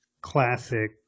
classic